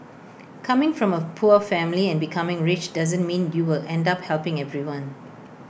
coming from A poor family and becoming rich doesn't mean you will end up helping everyone